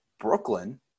brooklyn